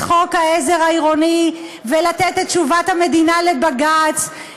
את חוק העזר העירוני ולתת את תשובת המדינה לבג"ץ.